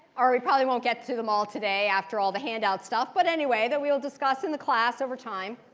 ah we probably won't get to them all today. after all, the handout stuff. but anyway, then we will discuss in the class over time.